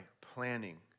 planning